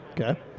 Okay